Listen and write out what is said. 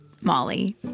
Molly